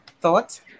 thought